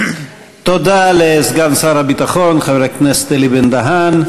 תודה לסגן שר הביטחון חבר הכנסת אלי בן-דהן.